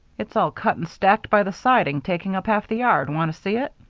it's all cut and stacked by the siding, taking up half the yard. want to see it?